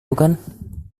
bukan